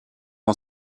ont